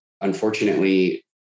Unfortunately